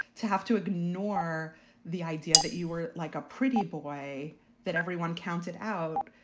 to have to ignore the idea that you were like a pretty big way that everyone counted out.